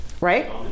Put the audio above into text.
Right